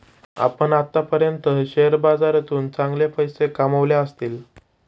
आपण आत्तापर्यंत शेअर बाजारातून चांगले पैसे कमावले असतील